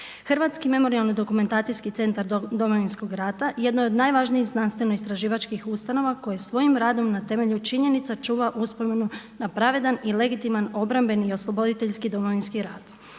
Hrvatski memorijalni dokumentacijski centar Domovinskog rata jedno je od najvažnijih znanstveno-istraživačkih ustanova koje svojim radom na temelju činjenica čuva uspomenu na pravedan i legitiman osloboditeljski Domovinski rat.